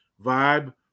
vibe